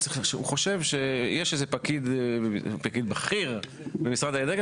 הוא חושב שיש איזה פקיד בכיר במשרד האנרגיה